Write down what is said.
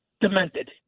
demented